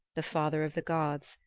the father of the gods,